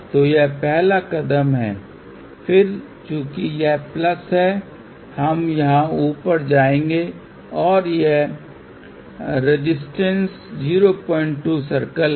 तो यह पहला कदम है फिर चूंकि यह प्लस है हम यहां ऊपर जाएंगे और यह रेअक्टैंस 02 सर्कल है